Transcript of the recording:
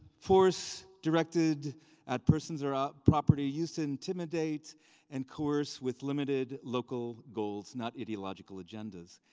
force directed at persons or at property used to intimidate and coerce with limited local goals, not ideological agendas.